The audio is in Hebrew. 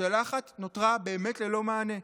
שאלה אחת נותרה באמת ללא מענה: